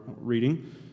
reading